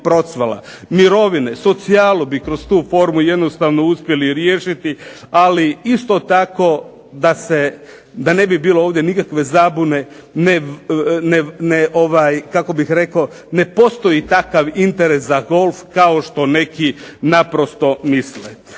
mirovine, socijalu bi kroz tu formu jednostavno uspjeli riješiti. Ali isto tako da ne bi bilo ovdje nikakve zabune ne, kako bih rekao, ne postoji takav interes za golf kao što neki naprosto misle.